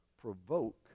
provoke